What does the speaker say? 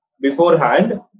beforehand